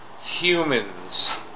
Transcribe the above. humans